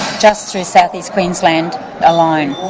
just through south east queensland alone.